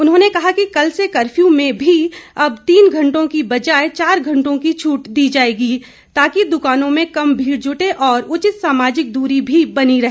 उन्होंने कहा कि कल से कर्फ़्यू में भी अब तीन घंटों की बजाए चार घंटों की छूट दी जाएगी ताकि दुकानों में कम भीड़ जुटे और उचित सामाजिक दूरी भी बनी रहे